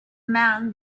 man